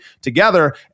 together